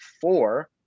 four